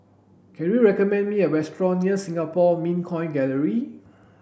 can you recommend me a restaurant near Singapore Mint Coin Gallery